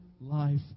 life